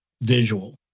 visual